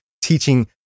teaching